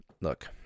look